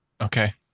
Okay